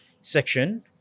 section